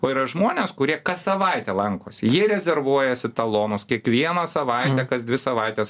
o yra žmonės kurie kas savaitę lankos jie rezervuojasi talonus kiekvieną savaitę kas dvi savaites